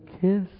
kiss